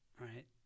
right